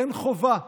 אין חובה.